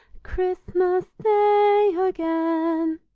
christmas day again.